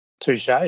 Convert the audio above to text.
Touche